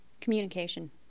Communication